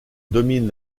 domine